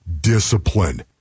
Discipline